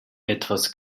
etwas